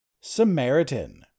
Samaritan